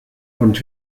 und